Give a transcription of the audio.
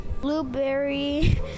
Blueberry